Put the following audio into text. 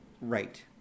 Right